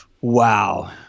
Wow